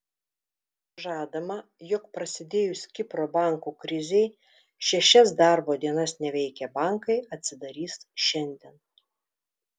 žadama jog prasidėjus kipro bankų krizei šešias darbo dienas neveikę bankai atsidarys šiandien